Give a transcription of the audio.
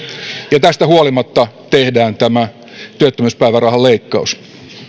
ja tästä huolimatta tehdään tämä työttömyyspäivärahan leikkaus